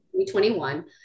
2021